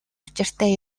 учиртай